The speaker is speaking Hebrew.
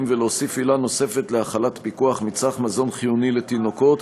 ולהוסיף עילה נוספת להחלת פיקוח: מצרך מזון חיוני לתינוקות,